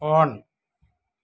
on